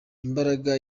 imbaga